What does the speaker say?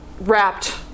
wrapped